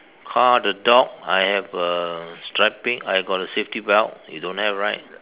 car the dock I have a strap it I got a safety belt you don't have right